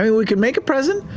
and we could make a present.